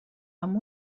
amb